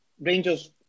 Rangers